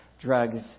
drugs